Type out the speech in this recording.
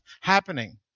happening